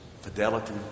fidelity